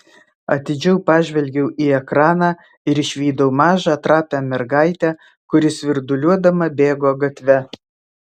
atidžiau pažvelgiau į ekraną ir išvydau mažą trapią mergaitę kuri svirduliuodama bėgo gatve